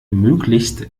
möglichst